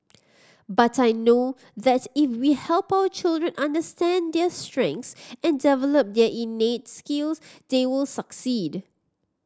but I know that if we help our children understand their strengths and develop their innate skills they will succeed